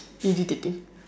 irritating